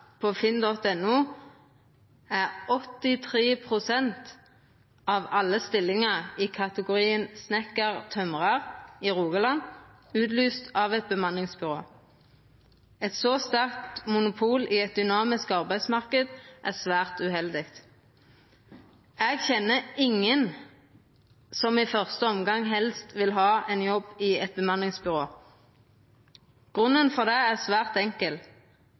er 83 pst. av alle stillingar i kategorien snikkar/tømrar i Rogaland utlyste av eit bemanningsbyrå. Eit så sterkt monopol i ein dynamisk arbeidsmarknad er svært uheldig. Eg kjenner ingen som i første omgang helst vil ha ein jobb i eit bemanningsbyrå. Grunnen til det er svært enkel: